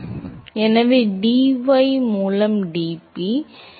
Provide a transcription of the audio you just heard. எனவே dy மூலம் dP